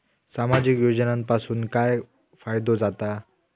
सामाजिक योजनांपासून काय फायदो जाता?